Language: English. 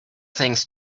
things